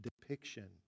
depiction